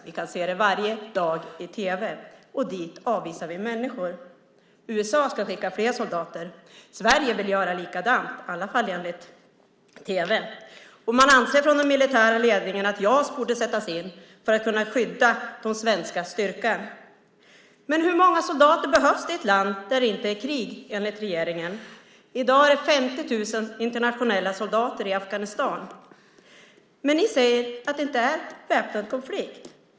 Vi kan se det varje dag i tv. Dit avvisar vi människor! USA ska skicka fler soldater. Sverige vill göra likadant, i alla fall enligt tv. Man anser från den militära ledningen att JAS borde sättas in för att skydda den svenska styrkan. Hur många soldater behövs det i ett land där det inte är krig, enligt regeringen? I dag är det 50 000 internationella soldater i Afghanistan. Ni säger att det inte är väpnad konflikt.